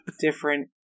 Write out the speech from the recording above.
different